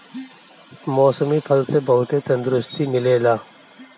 मौसमी फल से बहुते तंदुरुस्ती मिलेला